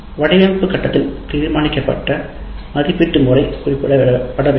வடிவமைப்பு கட்டத்தில் தீர்மானிக்கப்பட்ட மதிப்பீட்டு முறை குறிப்பிடப்பட வேண்டும்